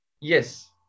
Yes